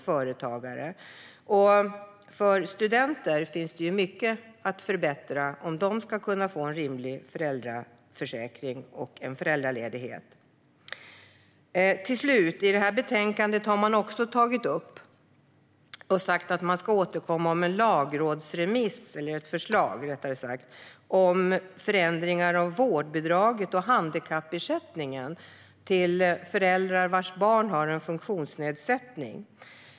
För studenter finns det mycket att förbättra om de ska kunna få en rimlig föräldraförsäkring och föräldraledighet. I det här betänkandet har man också tagit upp att man ska återkomma med ett förslag om förändringar av vårdbidraget och handikappersättningen till föräldrar vars barn har funktionsnedsättning.